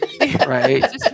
Right